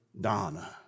Donna